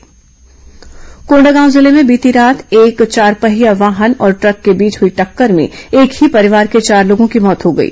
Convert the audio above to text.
दूर्घटना कोंडागांव जिले में बीती रात चारपहिया एक वाहन और ट्रक के बीच हुई टक्कर में एक ही परिवार के चार लोगों की मौत हो गई